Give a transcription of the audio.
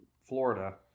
Florida